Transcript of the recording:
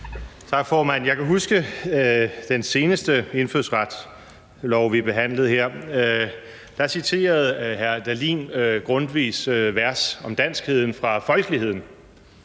Tak, formand. Jeg kan huske det seneste indfødsretslovforslag, vi behandlede her; da citerede hr. Morten Dahlin Grundtvigs vers om danskheden fra »Folkeligheden«: